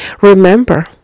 Remember